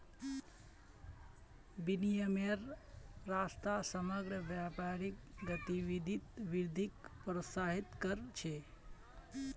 विनिमयेर रास्ता समग्र व्यापारिक गतिविधित वृद्धिक प्रोत्साहित कर छे